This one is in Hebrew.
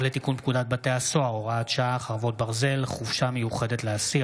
לתיקון פקודת התעבורה (מס' 134) (תשלום דמי חניה),